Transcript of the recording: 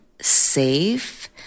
safe